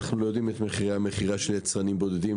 אנחנו לא יודעים את מחירי המכירה של יצרנים בודדים,